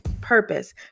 purpose